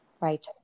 Right